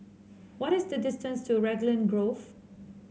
what is the distance to Raglan Grove